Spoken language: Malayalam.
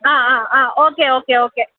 ആ ആ ആ ഓക്കെ ഓക്കെ ഓക്കെ